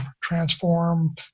transform